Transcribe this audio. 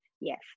yes